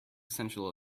sensual